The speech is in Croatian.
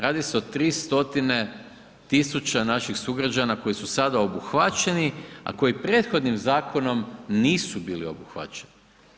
Radi se o 3 stotine tisuća naših sugrađana koji su sada obuhvaćeni, a koji prethodnim zakonom nisu bili obuhvaćeni.